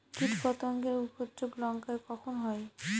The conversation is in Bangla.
কীটপতেঙ্গর উপদ্রব লঙ্কায় কখন হয়?